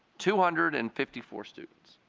two hundred and fifty four students.